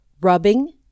rubbing